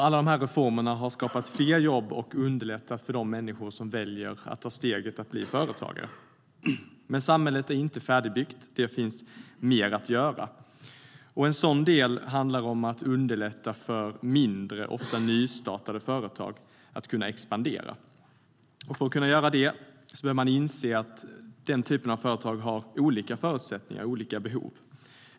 Alla dessa reformer har skapat fler jobb och underlättat för de människor som valt att ta steget att bli företagare. Men samhället är inte färdigbyggt; det finns mer att göra. Det handlar om att underlätta för mindre, ofta nystartade företag att expandera. För att kunna göra det bör man inse att den typen av företag har olika förutsättningar och olika behov.